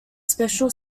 special